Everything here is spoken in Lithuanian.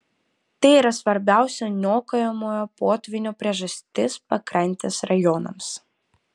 tai yra svarbiausia niokojamojo potvynio priežastis pakrantės rajonams